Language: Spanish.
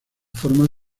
formas